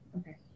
Okay